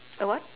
a what